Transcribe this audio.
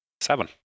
Seven